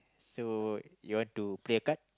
so you want to play a card